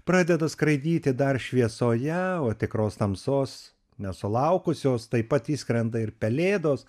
pradeda skraidyti dar šviesoje o tikros tamsos nesulaukusios taip pat išskrenda ir pelėdos